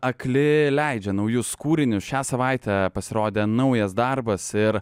akli leidžia naujus kūrinius šią savaitę pasirodė naujas darbas ir